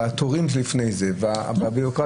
אבל התורים שלפני זה והבירוקרטיה,